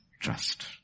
trust